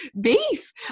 beef